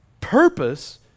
purpose